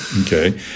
okay